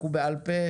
אנחנו בעל-פה,